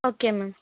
okay ma'am